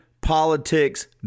politics